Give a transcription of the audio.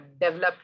developed